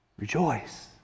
Rejoice